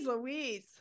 Louise